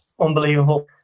unbelievable